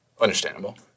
Understandable